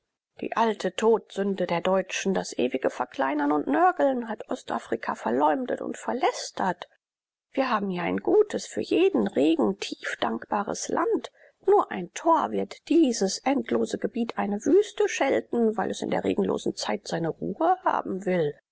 die alte todsünde der deutschen das ewige verkleinern und nörgeln hat ostafrika verleumdet und verlästert wir haben hier ein gutes für jeden regen tiefdankbares land nur ein tor wird dieses endlose gebiet eine wüste schelten weil es in der regenlosen zeit seine ruhe haben will